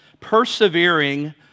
Persevering